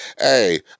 Hey